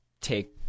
take